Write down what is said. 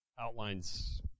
outlines